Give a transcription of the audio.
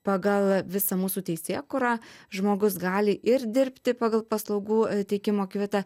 pagal visą mūsų teisėkūrą žmogus gali ir dirbti pagal paslaugų teikimo kvitą